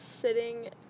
sitting